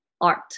art